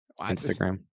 Instagram